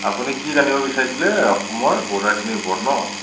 আপুনি কি জানিব বিচাৰিছিলে অসমৰ বৰ্ডাৰখিনিৰ ওপৰত ন'